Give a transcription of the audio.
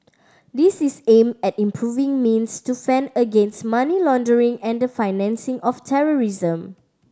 this is aimed at improving means to fend against money laundering and the financing of terrorism